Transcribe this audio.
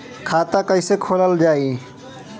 खाता कईसे खोलबाइ?